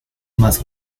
más